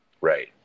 Right